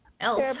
else